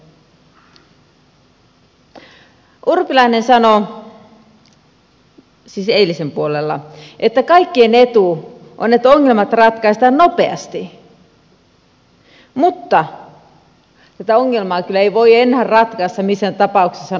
urpilainen sanoi siis eilisen puolella että on kaikkien etu että ongelmat ratkaistaan nopeasti mutta tätä ongelmaa ei kyllä voi enää ratkaista missään tapauksessa nopeasti